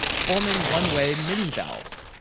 forming one-way minivalves.